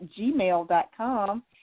Gmail.com